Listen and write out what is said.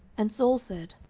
and saul said,